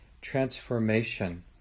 transformation